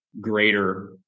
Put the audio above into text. greater